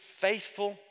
faithful